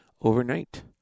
overnight